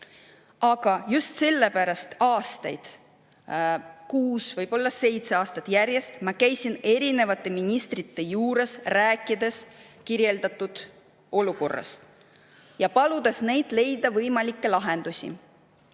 Aga just sellepärast aastaid käisin ma kuus, võib-olla seitse aastat järjest erinevate ministrite juures, rääkides kirjeldatud olukorrast ja paludes neil leida võimalikke lahendusi.